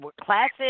classic